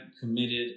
committed